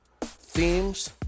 themes